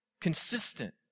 consistent